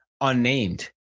unnamed